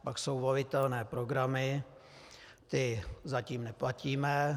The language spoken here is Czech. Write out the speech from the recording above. Pak jsou volitelné programy, ty zatím neplatíme.